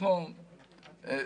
כן.